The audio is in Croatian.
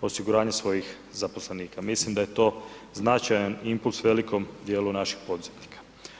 osiguranje svojih zaposlenika, mislim da je to značajan impuls velikom dijelu naših poduzetnika.